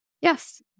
yes